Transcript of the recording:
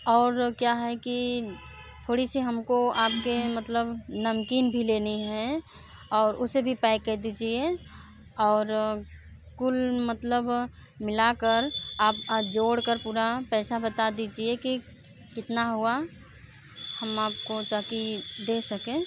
और क्या है कि थोड़ी सी हमको आँपके मतलब नमकीन भी लेनी हैं और उसे भी पैक कर दीजिए और कुल मतलब मिलाकर आप जोड़ कर पूरा पैसा बता दीजिए कि कितना हुआ हम आपको ताकि दे सकें